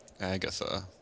Agatha